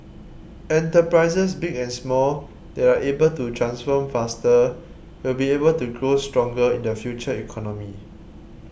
enterprises big and small that are able to transform faster will be able to grow stronger in the future economy